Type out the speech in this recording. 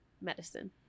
medicine